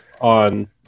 on